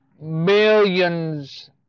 millions